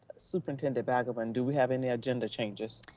superintendent balgobin do we have any agenda changes?